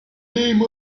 name